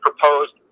proposed